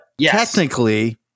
technically